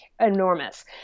enormous